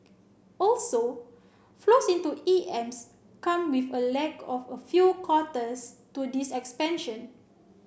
also flows into E Ms come with a lag of a few quarters to this expansion